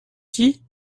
qui